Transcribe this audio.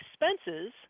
expenses